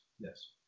Yes